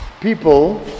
people